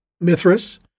Mithras